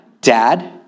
Dad